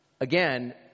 Again